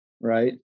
right